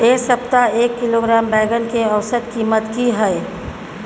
ऐ सप्ताह एक किलोग्राम बैंगन के औसत कीमत कि हय?